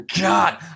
god